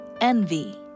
envy